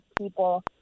people